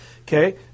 Okay